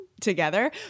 together